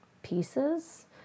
pieces